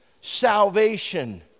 salvation